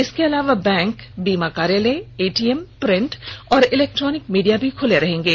इसके अलावा बैंक बीमा कार्यालय एटीएम प्रिंट और इलेक्ट्रॉनिक मीडिया भी खुले रहेगे